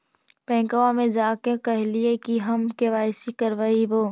बैंकवा मे जा के कहलिऐ कि हम के.वाई.सी करईवो?